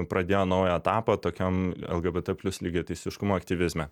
pradėjo naują etapą tokiam lgbt plius lygiateisiškumo aktyvizme